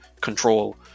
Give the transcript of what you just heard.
control